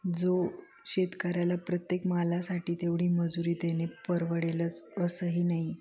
जो शेतकऱ्याला प्रत्येक मालासाठी तेवढी मजुरी देणे परवडेलच असंही नाही